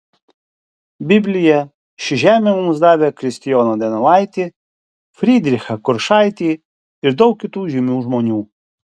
biblija ši žemė mums davė kristijoną donelaitį frydrichą kuršaitį ir daug kitų žymių žmonių